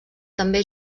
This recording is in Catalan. també